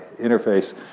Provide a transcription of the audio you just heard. interface